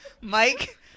Mike